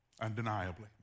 undeniably